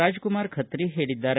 ರಾಜಕುಮಾರ ಖತ್ರಿ ಹೇಳಿದ್ದಾರೆ